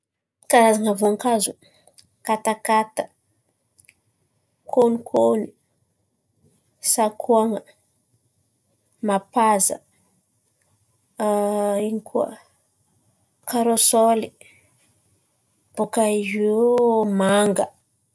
Karazana voankazo: katakata, kônokôno, sakoan̈a, mapaza. ino koa? Karôsoly bòka iô manga.